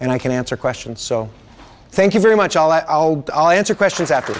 i can answer questions so thank you very much i'll i'll do i'll answer questions after